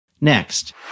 Next